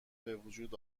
بوجود